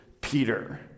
Peter